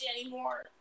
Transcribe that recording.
anymore